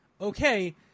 Okay